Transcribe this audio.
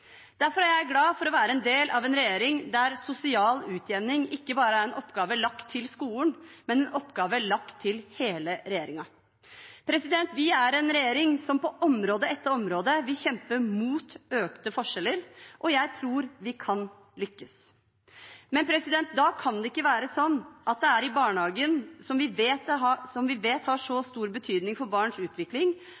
Derfor er jeg glad for å være en del av en regjering der sosial utjevning ikke bare er en oppgave lagt til skolen, men en oppgave lagt til hele regjeringen. Vi er en regjering som på område etter område vil kjempe mot økte forskjeller, og jeg tror vi kan lykkes. Men da kan det ikke være sånn at det er i barnehagen, som vi vet har så stor betydning for barns utvikling, vi har en så